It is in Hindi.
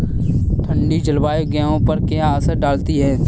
ठंडी जलवायु गेहूँ पर क्या असर डालती है?